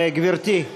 גברתי,